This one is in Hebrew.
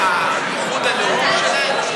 והייחוד הלאומי שלהן?